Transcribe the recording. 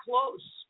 close